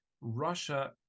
Russia